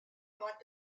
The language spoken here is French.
loi